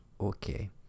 okay